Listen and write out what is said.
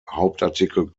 hauptartikel